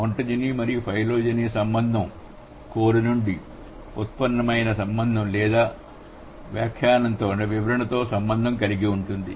ontogeny మరియు phylogeny సంబంధం core నుండి ఉత్పన్నమైన సంబంధం లేదా వ్యాఖ్యానంతో వివరణ సంబంధం కలిగి ఉంటుంది